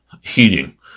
heating